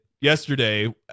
yesterday